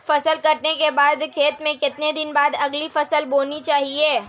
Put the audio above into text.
फसल काटने के बाद खेत में कितने दिन बाद अगली फसल बोनी चाहिये?